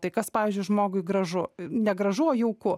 tai kas pavyzdžiui žmogui gražu ne gražu o jauku